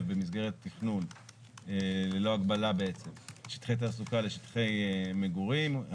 במסגרת תכנון ללא הגבלה בעצם שטחי תעסוקה לשטחי מגורים.